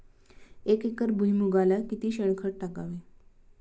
एक एकर भुईमुगाला किती शेणखत टाकावे?